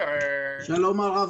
שלום הרב